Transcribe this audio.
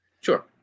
Sure